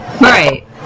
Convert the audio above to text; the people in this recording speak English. Right